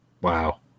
Wow